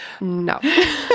no